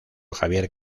javier